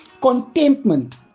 Contentment